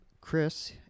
Chris